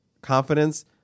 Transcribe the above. confidence